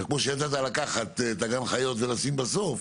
כמו שידעת לקחת את גן החיות ולשים בסוף,